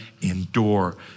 endure